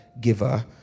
giver